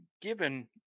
given